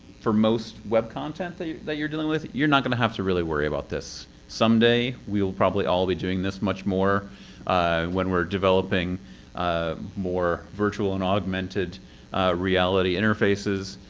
for most web content that you're dealing with, you're not gonna have to really worry about this. someday we will probably all be doing this much more when we're developing ah more virtual and augmented reality interfaces.